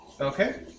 Okay